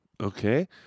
Okay